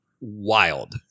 wild